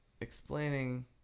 explaining